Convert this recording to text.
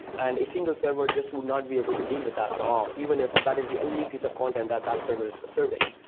and a single server just would not be able to deal with that all even if that is the only piece of content that that server is serving.